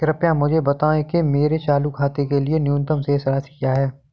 कृपया मुझे बताएं कि मेरे चालू खाते के लिए न्यूनतम शेष राशि क्या है?